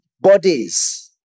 bodies